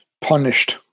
punished